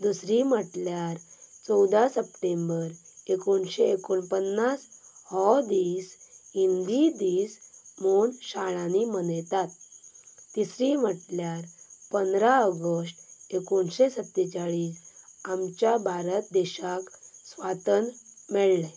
दुसरी म्हटल्यार चवदा सप्टेंबर एकोणशें एकोणपन्नास हो दीस हिंदी दीस म्हूण शाळांनी मनयतात तिसरी म्हटल्यार पंदरा ऑगस्ट एकोणशें सत्तेचाळीस आमच्या भारत देशाक स्वातंत्र्य मेळलें